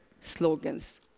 slogans